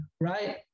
right